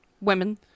Women